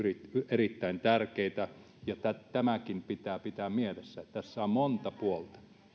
erittäin tärkeitä ja tämäkin pitää pitää mielessä tässä on monta puolta